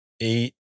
eight